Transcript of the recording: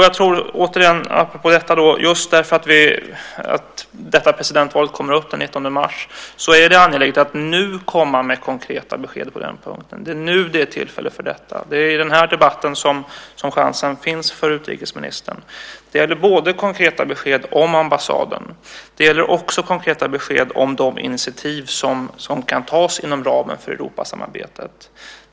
Jag tror att just därför att detta presidentval kommer upp den 19 mars så är det angeläget att nu komma med konkreta besked på den punkten. Det är nu det är tillfälle för detta. Det är i den här debatten som chansen finns för utrikesministern. Det gäller konkreta besked om ambassaden. Det gäller också konkreta besked om de initiativ som kan tas inom ramen för Europasamarbetet.